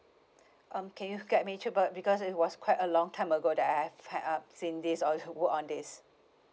um can you guide me through be~ because it was quite a long time ago that I have had um seen this or work on this